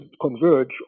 converge